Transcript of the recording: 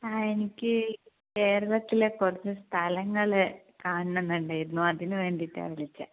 ആ എനിക്ക് കേരളത്തിലെ കുറച്ച് സ്ഥലങ്ങൾ കാണണം എന്ന് ഉണ്ടായിരുന്നു അതിന് വേണ്ടിയിട്ടാണ് വിളിച്ചത്